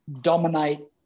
dominate